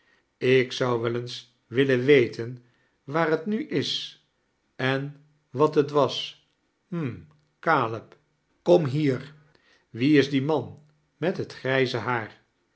ik zou wel eens willen weten waar t nu is r en wat het was hm caleb kom hier wie is die man met het grijze haar